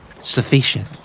Sufficient